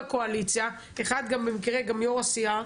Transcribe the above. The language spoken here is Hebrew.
בקואליציה, אחד גם ראש הסיעה,